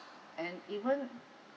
and even